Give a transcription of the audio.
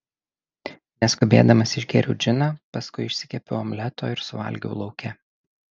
neskubėdamas išgėriau džiną paskui išsikepiau omleto ir suvalgiau lauke